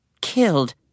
killed